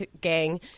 Gang